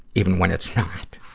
even when it's not.